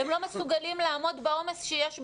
הם לא מסוגלים לעמוד בעומס שיש בשגרה,